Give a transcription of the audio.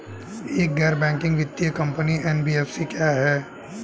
एक गैर बैंकिंग वित्तीय कंपनी एन.बी.एफ.सी क्या है?